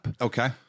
Okay